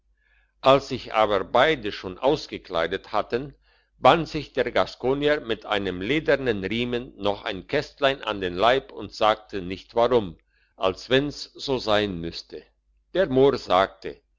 als sich aber beide schon ausgekleidet hatten band sich der gaskonier mit einem ledernen riemen noch ein kistlein an den leib und sagte nicht warum als wenn's so sein müsste der mohr sagte